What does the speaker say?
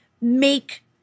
make